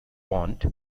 pont